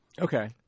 Okay